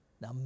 Now